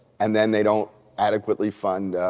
and then they don't adequately fund